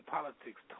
Politics